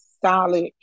solid